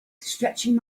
stretching